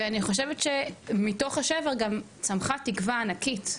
ואני חושבת שמתוך השבר גם צמחה תקווה ענקית.